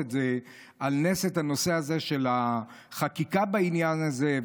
על נס את הנושא של החקיקה בעניין הזה,